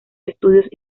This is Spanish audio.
estudios